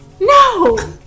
No